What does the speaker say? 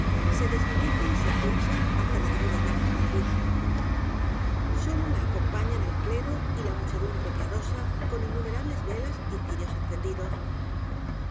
se desvanecen y se eclipsan ante la divina imagen de la virgen sólo la acompañan el clero y la muchedumbre piadosa con innumera bles velas y cirios encendidos